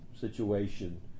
situation